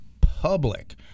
public